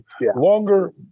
Longer